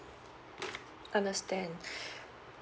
understand